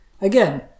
Again